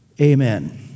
amen